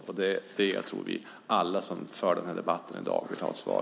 Det tror jag vi alla som för debatten här i dag vill ha ett svar på.